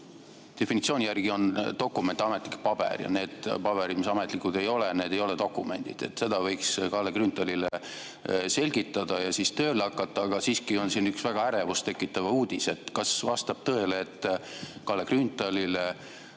definitsiooni järgi on dokument ametlik paber, ja need paberid, mis ametlikud ei ole, need ei ole dokumendid. Seda võiks Kalle Grünthalile selgitada ja tööle hakata. Aga siiski on siin üks väga ärevust tekitav uudis. Kas vastab tõele, et Kalle Grünthalit,